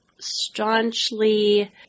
staunchly